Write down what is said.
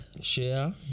share